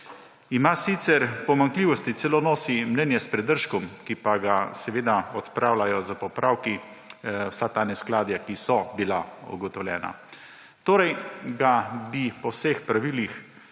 Ima sicer pomanjkljivosti, celo nosi mnenje s pridržkom, ki pa ga odpravljajo s popravki, vsa ta neskladja, ki so bila ugotovljena. Torej bi po vseh pravilih